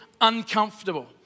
uncomfortable